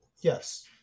yes